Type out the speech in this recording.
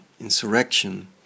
insurrection